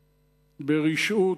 ברשעות,